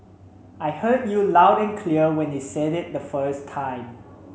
I heard you loud and clear when you said it the first time